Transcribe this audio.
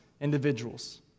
individuals